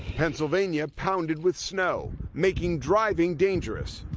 pennsylvania, pounded with snow, making driving dangerous.